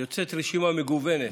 יוצאת רשימה מגוונת: